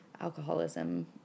Alcoholism